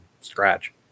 scratch